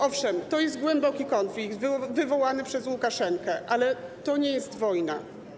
Owszem, to jest głęboki konflikt wywołany przez Łukaszenkę, ale to nie jest wojna.